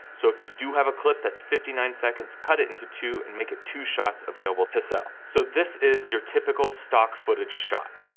so if you do have a clip that's fifty nine seconds, cut it into two, and make it two shots available to sell. so this is your typical stock footage shot.